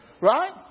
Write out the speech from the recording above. Right